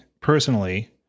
personally